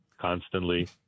constantly